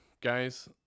guys